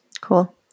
cool